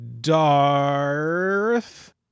Darth